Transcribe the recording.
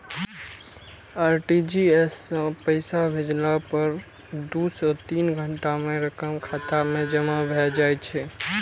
RTGS सं पैसा भेजला पर दू सं तीन घंटा मे रकम खाता मे जमा भए जाइ छै